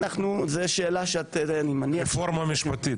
רפורמה משפטית